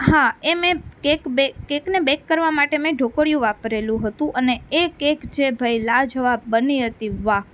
હા એ મેં કેક કેકને બેક કરવા માટે મેં ઢોકળિયું વાપરેલું હતું અને એ કેક જે ભાઈ લાજવાબ બની હતી વાહ